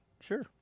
sure